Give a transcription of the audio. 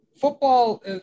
football